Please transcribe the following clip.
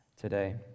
today